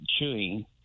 chewing